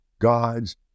God's